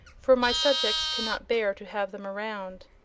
for my subjects cannot bear to have them around.